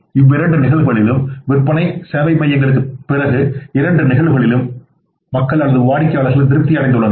எனவே இரண்டு நிகழ்வுகளிலும் விற்பனை சேவை மையங்களுக்குப் பிறகு இரண்டு நிகழ்வுகளிலும் மக்கள் திருப்தி அடைந்துள்ளனர்